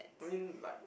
I mean like